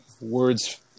words